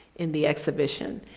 in the exhibition.